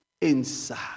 inside